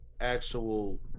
actual